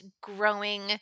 growing